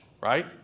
right